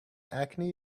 acne